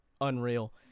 unreal